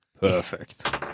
Perfect